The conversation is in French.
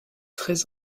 très